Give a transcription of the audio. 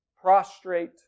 prostrate